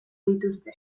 dituzte